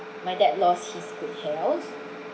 my dad lost his good health